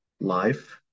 life